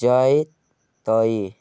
जैतइ?